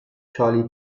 charlie